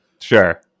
Sure